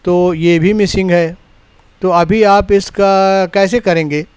تو یہ بھی مسنگ ہے تو ابھی آپ اس کا کیسے کریں گے